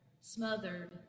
smothered